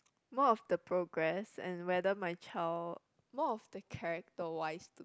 more of the progress and whether my child more of the character wise